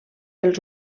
els